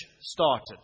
started